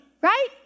right